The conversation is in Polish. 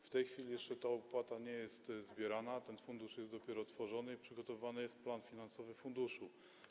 W tej chwili ta opłata nie jest jeszcze zbierana, ten fundusz jest dopiero tworzony i przygotowywany jest plan finansowy funduszu.